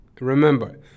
remember